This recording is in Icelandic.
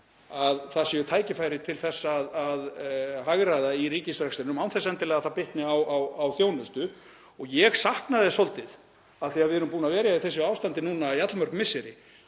að það séu tækifæri til að hagræða í ríkisrekstrinum án þess endilega að það bitni á þjónustu. Ég sakna þess svolítið, af því að við erum búin að vera í þessu ástandi núna í allmörg misseri,